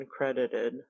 uncredited